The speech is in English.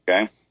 Okay